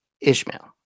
Ishmael